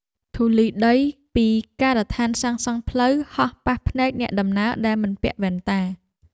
ធូលីដីពីការដ្ឋានសាងសង់ផ្លូវ ហោះប៉ះភ្នែកអ្នកដំណើរដែលមិនពាក់វ៉ែនតា។